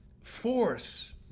force